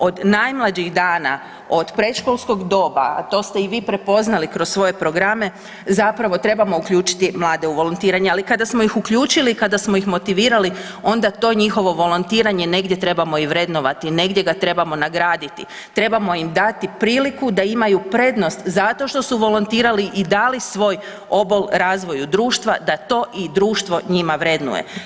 Od najmlađih dana, od predškolskog doma, a to ste i vi prepoznali kroz svoje programe zapravo trebamo uključiti mlade u volontiranje, ali kada smo ih uključili i kada smo ih motivirali onda to njihovo volontiranje negdje trebamo i vrednovati, negdje ga trebamo nagraditi, trebamo im dati priliku da imaju prednost zato što su volontirali i dali svoj obol razvoju društva da to i društvo njima vrednuje.